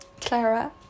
Clara